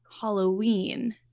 Halloween